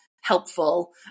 helpful